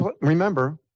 Remember